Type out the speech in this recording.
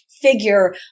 figure